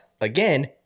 again